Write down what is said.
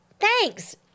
Thanks